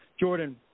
Jordan